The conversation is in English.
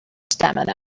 stamina